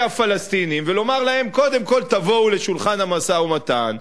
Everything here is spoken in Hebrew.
הפלסטינים ולומר להם: קודם כול תבואו לשולחן המשא-ומתן,